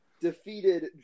defeated